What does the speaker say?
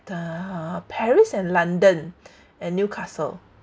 the paris and london and newcastle